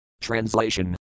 Translation